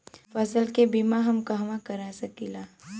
फसल के बिमा हम कहवा करा सकीला?